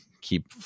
keep